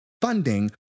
funding